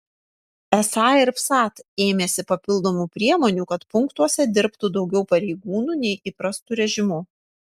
esą ir vsat ėmėsi papildomų priemonių kad punktuose dirbtų daugiau pareigūnų nei įprastu režimu